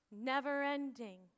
never-ending